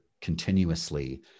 continuously